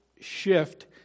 shift